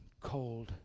cold